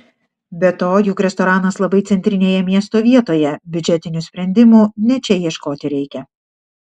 be to juk restoranas labai centrinėje miesto vietoje biudžetinių sprendimų ne čia ieškoti reikia